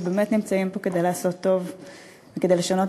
שבאמת נמצאים פה כדי לעשות טוב וכדי לשנות